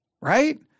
right